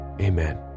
Amen